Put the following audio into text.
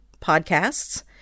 podcasts